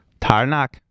Tarnak